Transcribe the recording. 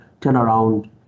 turnaround